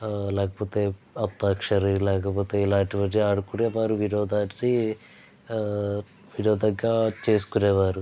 ఆ లేకపోతే అంతక్షరి లేకపోతే ఇలాంటివి అన్నీ ఆడుకునేవారు వినోదాన్ని వినోదంగా చేసుకునేవారు